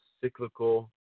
cyclical